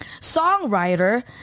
songwriter